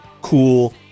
cool